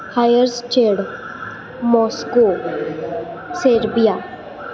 Hirschaid Moscow Serbia